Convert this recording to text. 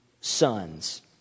sons